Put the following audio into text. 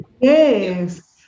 Yes